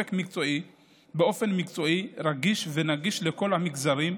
באופן מקצועי, רגיש ונגיש לכל המגזרים.